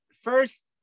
first